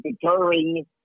deterring